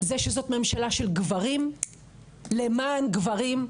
זה שזאת ממשלה של גברים למען גברים,